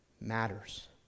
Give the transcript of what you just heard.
matters